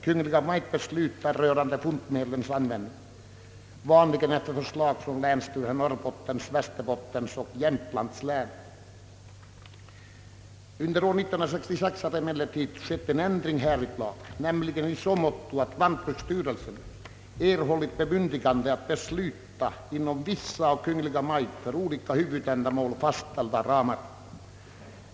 Kungl. Maj:t beslutar rörande fondmedlens användning, vanligen efter förslag från länsstyrelserna i Norrbottens, Västerbottens och Jämtlands län. Under år 1966 har det emellertid inträtt en ändring härvidlag i så måtto att lantbruksstyrelsen erhållit bemyndigande att besluta inom vissa av Kungl. Maj:t för olika huvudändamål fastställda ramar.